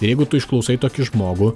jeigu tu išklausai tokį žmogų